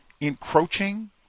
encroaching